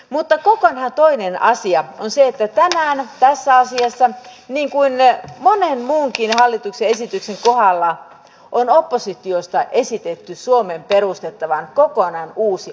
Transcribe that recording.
mutta kokonaan toinen asia on se että tänään tässä asiassa niin kuin monen muunkin hallituksen esityksen kohdalla on oppositiosta esitetty suomeen perustettavan kokonaan uusi ammattikunta